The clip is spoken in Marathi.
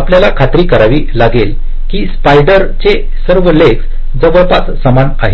आपल्याला खात्री करावी लागेल की स्पायडर चे सर्व लेगस जवळपास समान आहेत